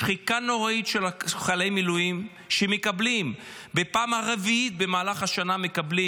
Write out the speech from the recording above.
שחיקה נוראית של חיילי מילואים שמקבלים צווים בפעם הרביעית במהלך השנה.